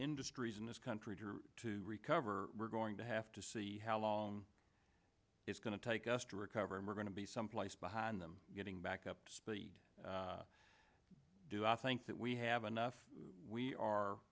industries in this country to recover we're going to have to see how long it's going to take us to recover and we're going to be some place behind them getting back up to speed do i think that we have enough we are